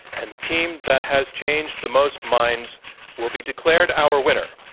and the team that has changed the most minds will be declared our winner.